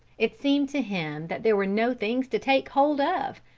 it seemed to him that there were no things to take hold of!